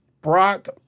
Brock